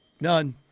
None